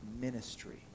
ministry